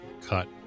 cut